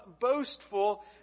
boastful